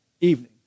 evening